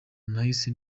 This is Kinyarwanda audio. nahise